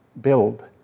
build